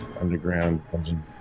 Underground